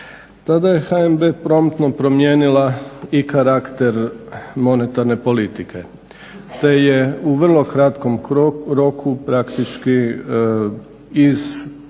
Tada je HNB promptno promijenila i karakter monetarne politike te je u vrlo kratkom roku praktički iz relativne